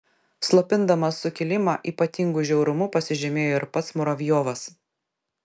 slopindamas sukilimą ypatingu žiaurumu pasižymėjo ir pats muravjovas